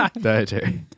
dietary